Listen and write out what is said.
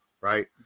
right